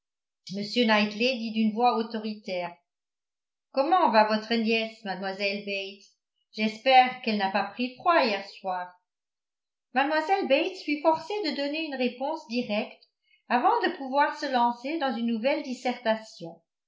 knightley dit d'une voix autoritaire comment va votre nièce mademoiselle bates j'espère qu'elle n'a pas pris froid hier soir mlle bates fut forcée de donner une réponse directe avant de pouvoir se lancer dans une nouvelle dissertation